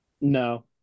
No